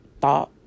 thought